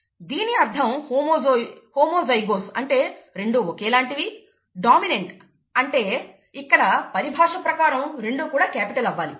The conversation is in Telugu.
దీని అర్థం హోమోజైగోస్ అంటే రెండూ ఒకేలాంటివి డామినెంట్ అంటే ఇక్కడ పరిభాష ప్రకారం రెండూ కూడా క్యాపిటల్ అవ్వాలి